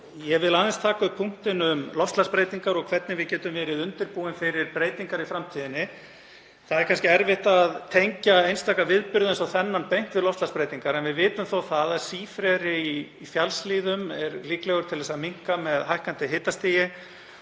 Ég vil aðeins taka upp punktinn um loftslagsbreytingar og hvernig við getum verið undirbúin fyrir breytingar í framtíðinni. Það er kannski erfitt að tengja einstaka viðburði eins og þennan beint við loftslagsbreytingar, en við vitum þó að sífreri í fjallshlíðum er líklegur til að minnka með hækkandi hitastigi